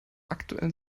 aktuellen